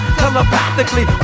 telepathically